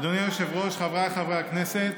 אדוני היושב-ראש, חבריי חברי הכנסת,